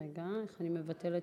איך אני מבטלת?